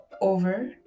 over